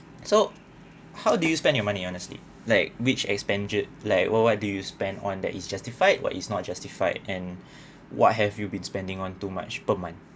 so how did you spend your money honestly like which expenditure like what what do you spend on that is justified but is not justified and what have you been spending on too much per month